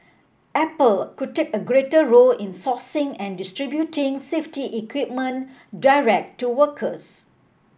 Apple could take a greater role in sourcing and distributing safety equipment direct to workers